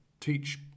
teach